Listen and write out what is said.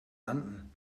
landen